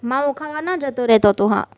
માવો ખાવા ના જતો રહેતો તું હા